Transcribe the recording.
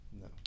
No